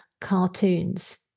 cartoons